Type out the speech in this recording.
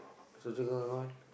Choa-Chu-Kang all